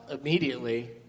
immediately